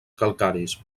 calcaris